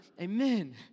Amen